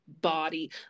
body